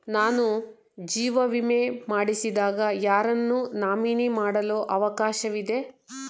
ನಾನು ಜೀವ ವಿಮೆ ಮಾಡಿಸಿದಾಗ ಯಾರನ್ನು ನಾಮಿನಿ ಮಾಡಲು ಅವಕಾಶವಿದೆ?